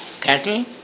cattle